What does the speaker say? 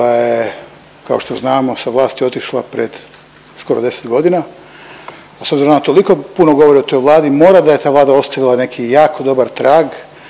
kao što znamo, sa vlasti otišla pred skoro 10 godina, a s obzirom da toliko puno govori o toj vladi, mora da je ta vlada ostavila neki jako dobar trag